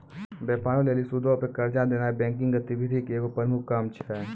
व्यापारो लेली सूदो पे कर्जा देनाय बैंकिंग गतिविधि के एगो प्रमुख काम छै